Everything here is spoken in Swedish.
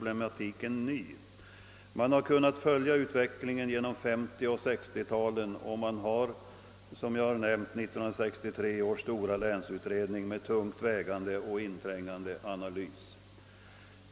Utvecklingen har kunnat följas under 1950 och 1960-talen, och man har som nämnts 1963 års stora länsutred ning med tungt vägande och inträngande analys.